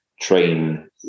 train